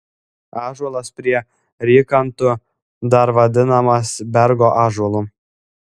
ąžuolas prie rykantų dar vadinamas bergo ąžuolu